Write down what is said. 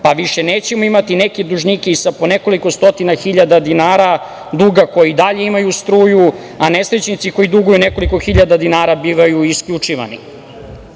pa više nećemo imati neke dužnike i sa po nekoliko stotina hiljada dinara duga, koji i dalje imaju struju, a nesrećnici koji duguju nekoliko hiljada dinara bivaju isključivani. Bićemo